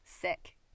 sick